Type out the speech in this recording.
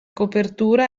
copertura